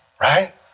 right